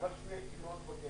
דבר שני, אני הייתי מאוד מבקש